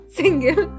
single